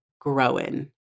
growing